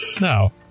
No